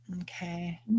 Okay